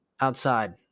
outside